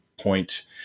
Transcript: point